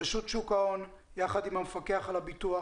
רשות שוק ההון יחד עם המפקח על הביטוח,